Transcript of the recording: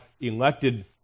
elected